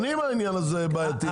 שנים העניין הזה בעייתי.